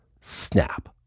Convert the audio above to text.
snap